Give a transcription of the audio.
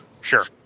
Sure